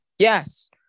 Yes